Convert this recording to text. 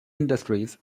industries